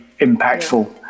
impactful